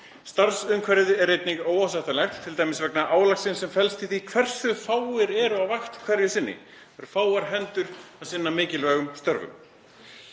Starfsumhverfið er einnig óásættanlegt, t.d. vegna álagsins sem felst í því hversu fáir eru á vakt hverju sinni, það eru fáar hendur að sinna mikilvægum störfum.